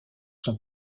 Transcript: son